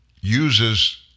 uses